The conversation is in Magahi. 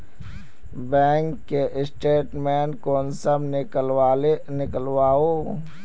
बैंक के स्टेटमेंट कुंसम नीकलावो?